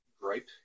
gripe